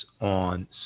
on